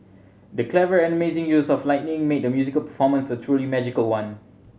the clever and amazing use of lighting made the musical performance a truly magical one